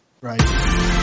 Right